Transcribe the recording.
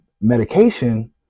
medication